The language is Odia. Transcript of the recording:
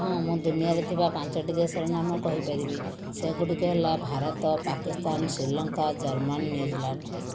ହଁ ମୁଁ ଦୁନିଆରେ ଥିବା ପାଞ୍ଚଟି ଦେଶର ନାମ କହିପାରିବି ସେଗୁଡ଼ିକ ହେଲା ଭାରତ ପାକିସ୍ତାନ ଶ୍ରୀଲଙ୍କା ଜର୍ମାନ ନିଉଜଲ୍ୟାଣ୍ଡ